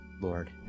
Lord